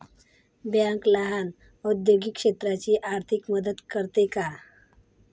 Bank लहान औद्योगिक क्षेत्राची आर्थिक मदत करते का?